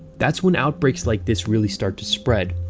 that's when outbreaks like this really start to spread,